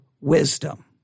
wisdom